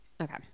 Okay